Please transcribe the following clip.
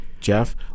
Jeff